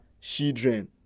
children